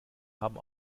haben